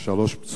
שלושה פצועים,